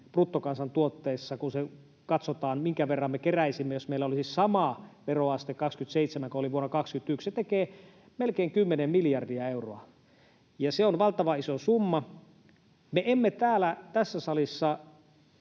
bruttokansantuotteessa — kun katsotaan, minkä verran me keräisimme, jos meillä olisi sama veroaste 27, joka oli vuonna 21 — melkein kymmenen miljardia euroa. Ja se on valtavan iso summa. Me emme täällä, tässä salissa,